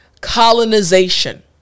colonization